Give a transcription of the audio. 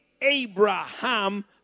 abraham